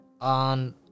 on